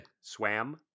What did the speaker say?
Swam